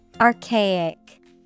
Archaic